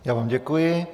Já vám děkuji.